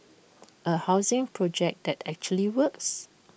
A housing project that actually works